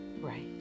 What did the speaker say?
right